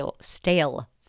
stale